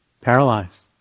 Paralyzed